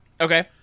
Okay